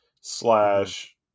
slash